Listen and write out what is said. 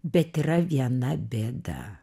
bet yra viena bėda